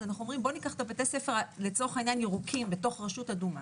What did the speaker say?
אנחנו אומרים: בוא ניקח את בתי הספר הירוקים לצורך העניין ברשות אדומה